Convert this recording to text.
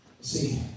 See